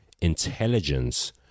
intelligence